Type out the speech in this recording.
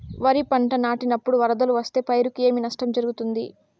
వరిపంట నాటినపుడు వరదలు వస్తే పైరుకు ఏమి నష్టం జరుగుతుంది?